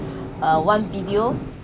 uh one video